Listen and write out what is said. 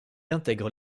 intègre